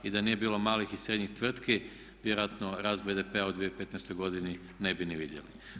I da nije bilo malih i srednjih tvrtki vjerojatno rast BDP-a u 2015. godini ne bi ni vidjeli.